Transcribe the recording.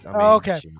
Okay